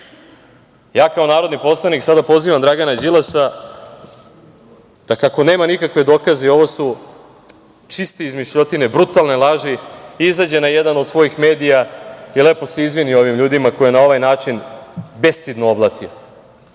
kao narodni poslanik sada pozivam Dragana Đilasa da kako nema nikakve dokaze i ovo su čiste izmišljotine, brutalne laži, izađe na jedan od svojih medija i lepo se izvini ovim ljudima koje je na ovaj način bestidno oblatio.